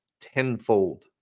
tenfold